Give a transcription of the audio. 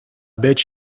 bet